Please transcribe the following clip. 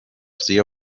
sehr